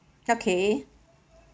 okay